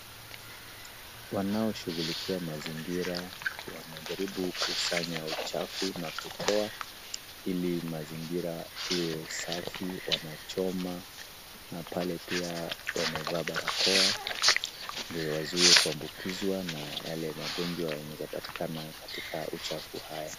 Wanaoshugulikia mazingira wanajaribu kukusanya uchafu na kutoa ili mazingira iwe safi. Wanachoma na pale pia wamevaa barakoa ndio wazuie kuambukizwa na yale magonjwa yanayoweza patikana katika uchafu haya.